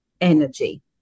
energy